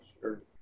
Sure